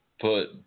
put